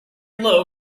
low